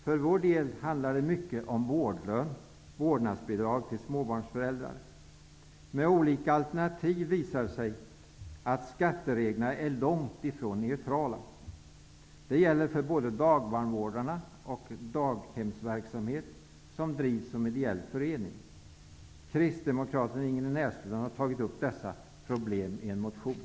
För vår del handlar det mycket om vårdlön, vårdnadsbidrag, till småbarnsföräldrar. Med olika alternativ visar det sig att skattereglerna är långt ifrån neutrala. Det gäller för både dagbarnvårdarnas verksamhet och daghemsverksamhet som drivs som ideell förening. Kristdemokraten Ingrid Näslund har tagit upp dessa problem i en motion.